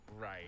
right